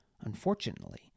Unfortunately